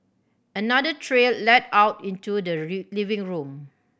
another trail led out into the living room